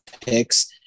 picks